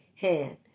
hand